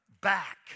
back